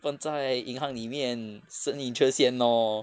放在银行里面生 interest 先 lor